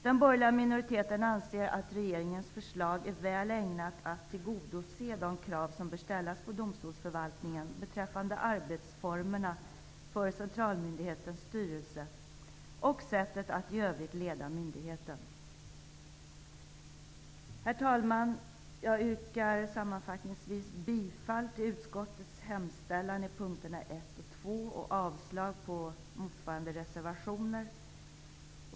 Den borgerliga minoriteten anser att regeringens förslag är väl ägnat att tillgodose de krav som bör ställas på domstolsförvaltningen beträffande arbetsformerna för centralmyndighetens styrelse och sättet att i övrigt leda myndigheten. Herr talman! Jag yrkar sammanfattningsvis bifall till utskottets hemställan under punkterna 1 och 2 och avslag på motsvarande reservationer.